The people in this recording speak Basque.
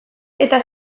eta